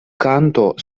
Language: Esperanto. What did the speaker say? kanto